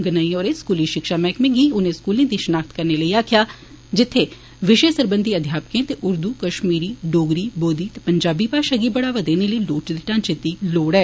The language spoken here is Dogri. गनेई होर स्कूली शिक्षा मैहकमें गी उनें स्कूलें दी शिनाखत करने लेई आक्खेया जित्थे विषय सरबंधी अध्यापकें ते ऊर्दू कश्मीरी डोगरी बोघी ते पंजाबी भाषा गी बढ़ावा देने लेई लोढ़चदे ढ़ांचे दी लोड़ ऐ